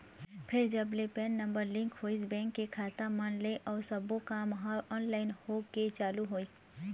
फेर जब ले पेन नंबर लिंक होइस बेंक के खाता मन ले अउ सब्बो काम ह ऑनलाइन होय के चालू होइस